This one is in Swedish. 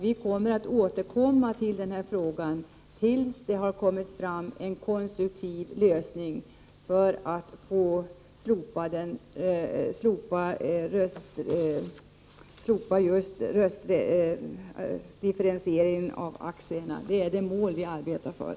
Vi återkommer till frågan tills det har tagits fram en konstruktiv lösning för att slopa differentieringen av röstvärdet för aktier — det är det mål vi arbetar för.